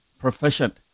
proficient